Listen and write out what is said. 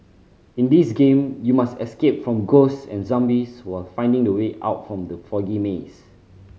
in this game you must escape from ghosts and zombies while finding the way out from the foggy maze